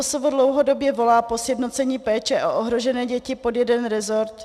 MPSV dlouhodobě volá po sjednocení péče o ohrožené děti pod jeden resort.